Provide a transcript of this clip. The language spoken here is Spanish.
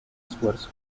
esfuerzo